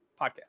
podcast